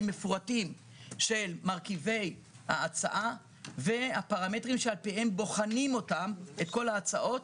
מפורטים של מרכיבי ההצעה והפרמטרים שעל פיהם בוחנים את כל ההצעות,